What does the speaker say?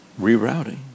rerouting